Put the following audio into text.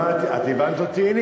את הבנת אותי?